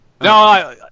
No